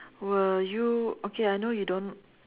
will you okay I know you don't